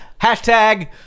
Hashtag